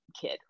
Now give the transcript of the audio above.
kid